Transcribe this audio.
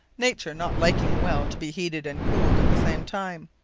nature not liking well to be heated and cooled, at the same time.